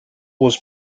was